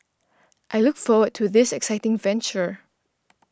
I look forward to this exciting venture